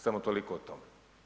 Samo toliko o tome.